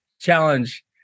challenge